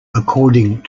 according